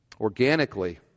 organically